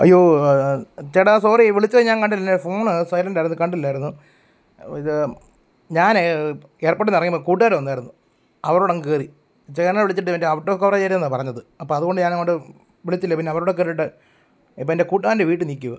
അയ്യോ ചേട്ടാ സോറി വിളിച്ചത് ഞാൻ കണ്ടില്ല ഫോണ് സൈലൻറ്റായിരുന്നു കണ്ടില്ലായിരുന്നു ഇത് ഞാൻ എയർപോർട്ടിൽനിന്ന് ഇറങ്ങിയപ്പോൾ കൂട്ടുകാർ വന്നായിരുന്നു അവരുടെകൂടെയങ്ങ് കയറി ചേട്ടനെ വിളിച്ചിട്ട് മറ്റേ ഔട്ട് ഓഫ് കവറേജ് ഏരിയയെന്നാണ് പറഞ്ഞത് അപ്പം അതുകൊണ്ട് ഞാനങ്ങോട്ട് വിളിച്ചില്ല പിന്നെ അവരുടെകൂടെയങ്ങ് കയറിയിട്ട് ഇപ്പോഴെൻ്റെ കൂട്ടുകാരൻ്റെ വീട്ടിൽ നിൽക്കുകയാ